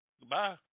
Goodbye